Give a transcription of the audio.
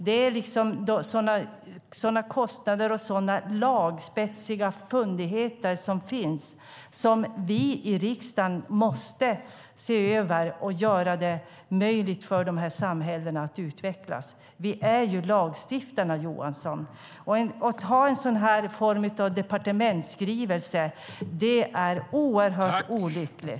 Det är sådana kostnader och sådana lagmässiga spetsfundigheter som finns. Vi i riksdagen måste se över detta så att det blir möjligt för samhällena att utvecklas. Vi är lagstiftarna, Johansson. En sådan här form av departementsskrivelse är oerhört olycklig.